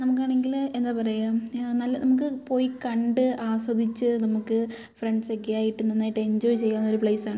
നമുക്ക് ആണെങ്കിൽ എന്താണ് പറയുക നല്ല നമുക്ക് പോയി കണ്ട് ആസ്വദിച്ച് നമുക്ക് ഫ്രണ്ട്സ് ഒക്കെ ആയിട്ട് നന്നായിട്ട് എൻജോയ് ചെയ്യാവുന്ന ഒരു പ്ലെയ്സ് ആണ്